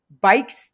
bikes